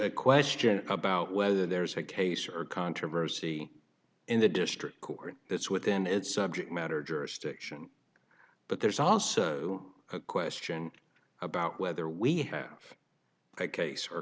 a question about whether there's a case or controversy in the district court that's within it's subject matter jurisdiction but there's also a question about whether we have a case or